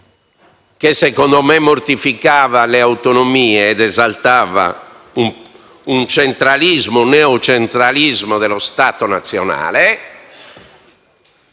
che secondo me mortificava le autonomie esaltando un centralismo o neocentralismo dello Stato nazionale,